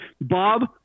Bob